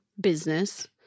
business